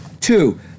Two